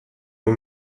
und